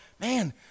man